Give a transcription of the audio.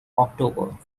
october